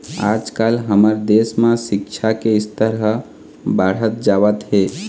आजकाल हमर देश म सिक्छा के स्तर ह बाढ़त जावत हे